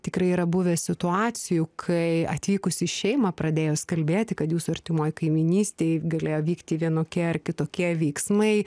tikrai yra buvę situacijų kai atvykusi šeimą pradėjus kalbėti kad jūsų artimoj kaimynystėj galėjo vykti vienokie ar kitokie veiksmai